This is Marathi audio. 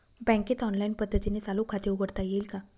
बँकेत ऑनलाईन पद्धतीने चालू खाते उघडता येईल का?